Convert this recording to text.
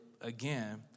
again